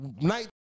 night